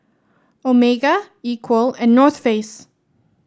Omega Equal and North Face